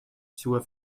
zur